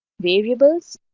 variables,